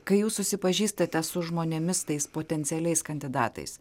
kai jūs susipažįstate su žmonėmis tais potencialiais kandidatais